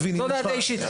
זו דעתי האישית.